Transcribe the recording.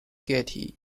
getty